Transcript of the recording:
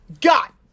got